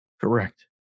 Correct